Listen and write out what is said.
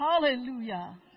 Hallelujah